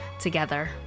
together